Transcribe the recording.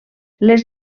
les